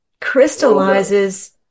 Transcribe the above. crystallizes